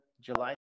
July